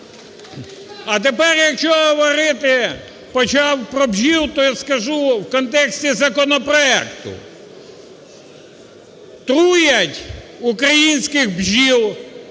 А тепер, якщо говорити почав про бджіл, то я скажу в контексті законопроекту. Труять українських бджіл,